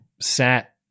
sat